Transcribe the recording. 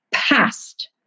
Past